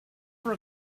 for